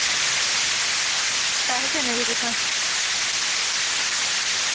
पैसे देने केह् तुसें